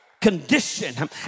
condition